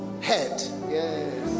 head